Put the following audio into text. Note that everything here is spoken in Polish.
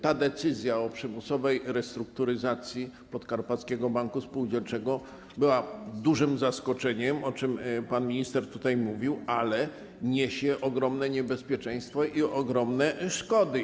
Ta decyzja o przymusowej restrukturyzacji Podkarpackiego Banku Spółdzielczego była naprawdę dużym zaskoczeniem, o czym pan minister tutaj mówił, i niesie ze sobą ogromne niebezpieczeństwo i ogromne szkody.